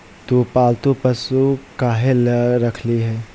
तु पालतू पशु काहे ला रखिली हें